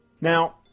Now